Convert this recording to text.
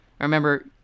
remember